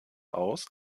aus